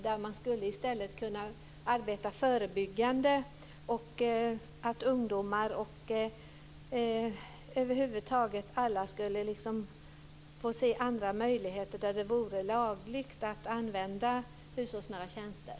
Där skulle man i stället kunna arbeta förebyggande och låta ungdomar och alla över huvud taget få se andra möjligheter, om det vore lagligt att använda hushållsnära tjänster.